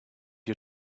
you